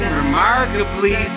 remarkably